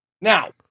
Now